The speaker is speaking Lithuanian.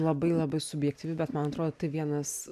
labai labai subjektyvi bet man atrodo tai vienas